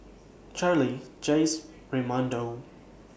Charley Jace Raymundo